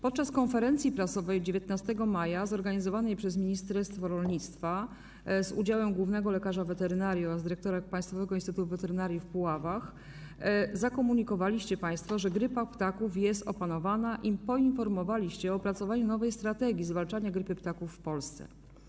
Podczas konferencji prasowej 19 maja zorganizowanej przez ministerstwo rolnictwa z udziałem głównego lekarza weterynarii oraz dyrektora Państwowego Instytutu Weterynaryjnego w Puławach zakomunikowaliście państwo, że grypa ptaków jest opanowana, i poinformowaliście o opracowaniu nowej strategii zwalczania grypy ptaków w Polsce.